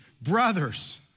Brothers